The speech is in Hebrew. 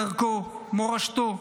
דרכו ומורשתו.